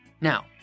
Now